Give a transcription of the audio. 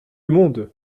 monde